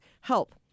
Help